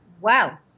Wow